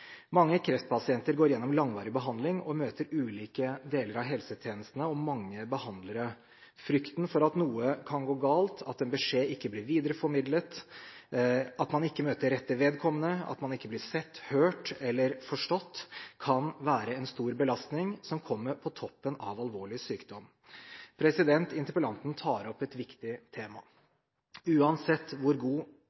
Mange kreftpasienter går gjennom langvarig behandling og møter ulike deler av helsetjenestene og mange behandlere. Frykten for at noe kan gå galt, at en beskjed ikke blir videreformidlet, at man ikke møter rette vedkommende, eller at man ikke blir sett, hørt eller forstått kan være en stor belastning som kommer på toppen av alvorlig sykdom. Interpellanten tar opp et viktig tema.